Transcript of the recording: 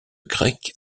grec